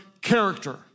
character